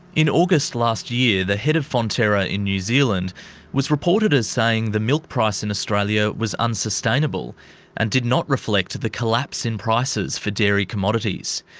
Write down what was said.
in august last year, the head of fonterra in new zealand was reported as saying the milk price in australia was unsustainable and did not reflect the collapse in prices for dairy commodities.